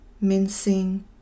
Mincing